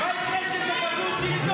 בושה --- תתבייש לך.